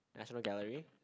National Gallery